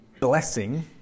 blessing